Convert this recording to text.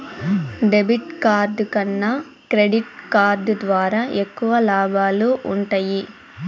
debit card కన్నా credit card ద్వారా ఎక్కువ లాబాలు వుంటయ్యి